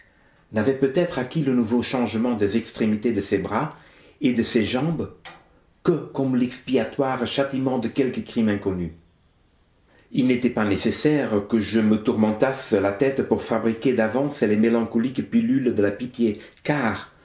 n'avait peut-être acquis le nouveau changement des extrémités de ses bras et de ses jambes que comme l'expiatoire châtiment de quelque crime inconnu il n'était pas nécessaire que je me tourmentasse la tête pour fabriquer d'avance les mélancoliques pilules de la pitié car